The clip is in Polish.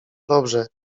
dobrze